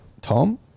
Tom